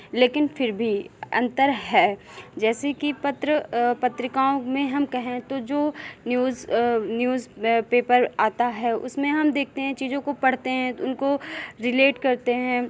लेकिन फिर भी अंतर है जैसे कि पत्र पत्रिकाओं में हम कहें तो जो न्यूज़ न्यूज़पेपर आता है उसमें हम देखते हैं चीज़ों को पढ़ते हैं तो उनको रिलेट करते हैं